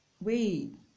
Wait